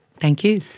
thank you.